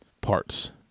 parts